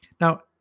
Now